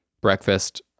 Breakfast